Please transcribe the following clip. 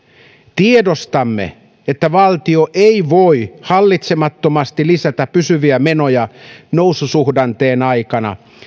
tiedostamme että valtio ei voi hallitsemattomasti lisätä pysyviä menoja noususuhdanteen aikana